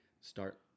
start